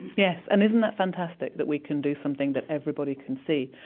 yes, and isn't that fantastic that we can do something that everybody can see,